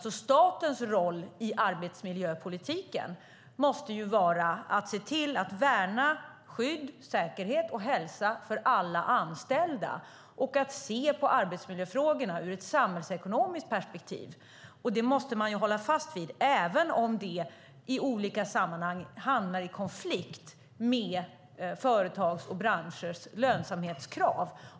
Statens roll i arbetsmiljöpolitiken måste ju vara att se till att värna skydd, säkerhet och hälsa för alla anställda och att se på arbetsmiljöfrågorna i ett samhällsekonomiskt perspektiv. Det måste man hålla fast vid även om det i olika sammanhang hamnar i konflikt med företags och branschers lönsamhetskrav.